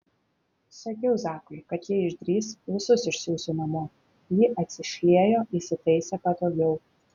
sakiau zakui kad jei išdrįs visus išsiųsiu namo ji atsišliejo įsitaisė patogiau